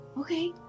Okay